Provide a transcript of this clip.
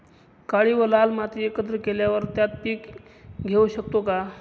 काळी व लाल माती एकत्र केल्यावर त्यात पीक घेऊ शकतो का?